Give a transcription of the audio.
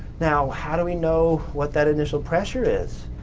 now how do we know what that initial pressure is,